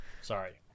Sorry